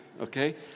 Okay